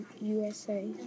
USA